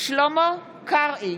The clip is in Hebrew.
שלמה קרעי,